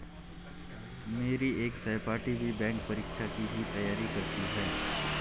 मेरी एक सहपाठी भी बैंक परीक्षा की ही तैयारी करती है